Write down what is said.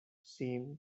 seemed